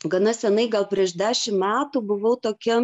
gana senai gal prieš dešim metų buvau tokiam